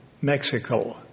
Mexico